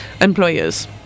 Employers